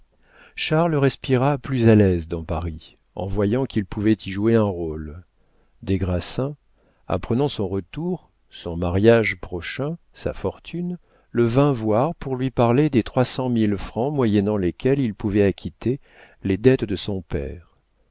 charles respira plus à l'aise dans paris en voyant qu'il pouvait y jouer un rôle des grassins apprenant son retour son mariage prochain sa fortune le vint voir pour lui parler des trois cent mille francs moyennant lesquels il pouvait acquitter les dettes de son père